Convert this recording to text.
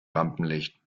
rampenlicht